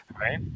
Right